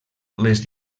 les